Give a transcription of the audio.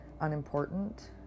unimportant